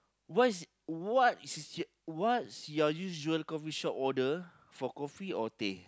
what's what's what's your usual coffee shop order for coffee or tea